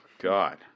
God